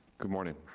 good morning.